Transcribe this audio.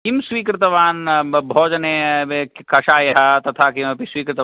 किं स्वीकृतवान् भोजने कषायः तथा किमपि स्वीकृतवान् वा